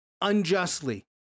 unjustly